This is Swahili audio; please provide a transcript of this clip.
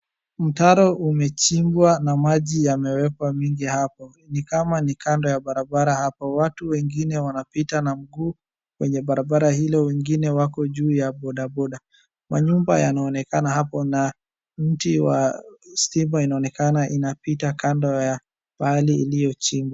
Mtaro umechimbwa na maji yamewekwa mengi hapo, ni kama ni kando ya barabara hapo, watu wengine wanapita na mguu kwenye barabara hilo, wengine wako juu ya bodaboda, manyumba yanaonekana hapo na mti wa stima unaonekana unapita kando ya pahali iliyochimbwa.